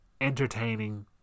entertaining